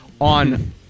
on